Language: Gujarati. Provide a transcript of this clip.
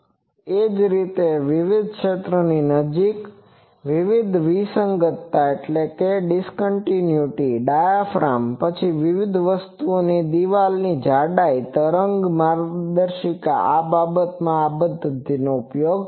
એ જ રીતે વિવિધ ક્ષેત્રની નજીક વિવિધ વિસંગતતા ડાયાફ્રામ પછી વિવિધ વસ્તુઓની દિવાલની જાડાઈ તરંગ માર્ગદર્શિકા બાબતમાં આ પદ્ધતિનો ઉપયોગ થાય છે